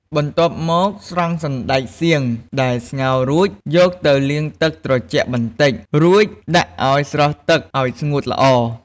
បន្ទាប់មក ស្រង់សណ្ដែកសៀងដែលស្ងោររួច យកទៅលាងទឹកត្រជាក់បន្តិច រួចដាក់ឱ្យស្រស់ទឹក ឱ្យស្ងួតល្អ។